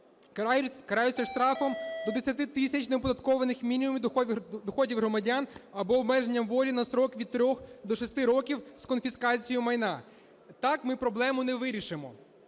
караються штрафом до 10 тисяч неоподаткованих мінімумів доходів громадян або обмеженням волі на строк від 3 до 6 років з конфіскацією майна. Так ми проблему не вирішимо.